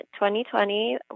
2020